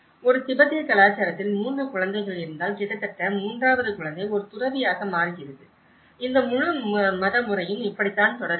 ஒரு திபெத்திய கலாச்சாரத்தில் 3 குழந்தைகள் இருந்தால் கிட்டத்தட்ட மூன்றாவது குழந்தை ஒரு துறவியாக மாறுகிறது இந்த முழு மத முறையும் இப்படித்தான் தொடர்கிறது